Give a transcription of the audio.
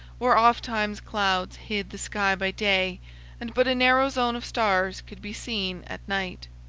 where ofttimes clouds hid the sky by day and but a narrow zone of stars could be seen at night.